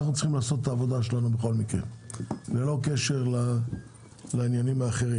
אנחנו צריכים לעשות את העבודה שלנו ללא קשר לדברים אחרים.